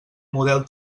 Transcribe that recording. model